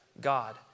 God